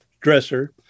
dresser